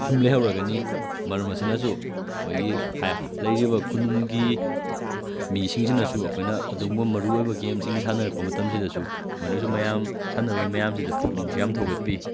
ꯁꯨꯝ ꯂꯩꯍꯧꯔꯒꯅꯤ ꯃꯔꯝ ꯑꯁꯤꯅꯁꯨ ꯑꯩꯈꯣꯏꯒꯤ ꯂꯩꯔꯤꯕ ꯈꯨꯅꯨꯡꯒꯤ ꯃꯤꯁꯤꯡꯁꯤꯅꯁꯨ ꯑꯩꯈꯣꯏꯅ ꯑꯗꯨꯒꯨꯝꯕ ꯃꯔꯨꯑꯣꯏꯕꯒꯤ ꯒꯦꯝꯁꯤꯡ ꯁꯥꯟꯅꯔꯛꯄ ꯃꯇꯝꯁꯤꯗꯁꯨ ꯃꯈꯣꯏꯅꯁꯨ ꯃꯌꯥꯝ ꯁꯥꯟꯅꯔꯣꯏ ꯃꯌꯥꯝꯁꯤꯗ ꯄꯨꯛꯅꯤꯡꯁꯨ ꯌꯥꯝꯅ ꯊꯧꯒꯠꯄꯤ